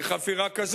כי חפירה,